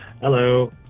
Hello